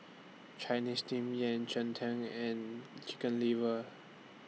Chinese Steamed Yam Cheng Tng and Chicken Liver